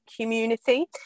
community